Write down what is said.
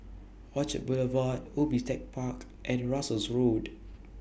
Orchard Boulevard Ubi Tech Park and Russels Road